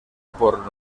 por